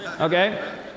Okay